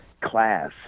class